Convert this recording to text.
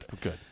Good